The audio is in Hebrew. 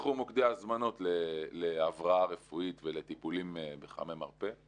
נפתחו מוקדי הזמנות להבראה רפואית ולטיפולים בחמי מרפא,